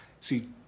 see